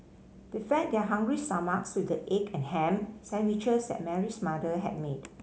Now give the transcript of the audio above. they fed their hungry stomachs with the egg and ham sandwiches that Mary's mother had made